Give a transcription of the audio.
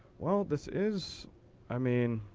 well, this is i mean,